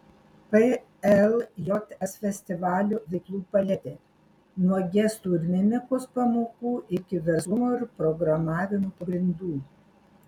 pljs festivalio veiklų paletė nuo gestų ir mimikos pamokų iki verslumo ir programavimo pagrindų